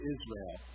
Israel